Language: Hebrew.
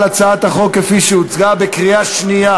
התשע"ו 2016, שהחזירה ועדת הפנים והגנת הסביבה,